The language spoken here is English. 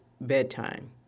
bedtime